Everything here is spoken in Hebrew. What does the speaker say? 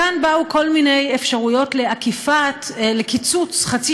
כן וכאן באו כל מיני אפשרויות לקיצוץ חצי